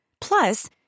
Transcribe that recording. Plus